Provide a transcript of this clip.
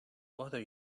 bother